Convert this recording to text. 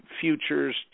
futures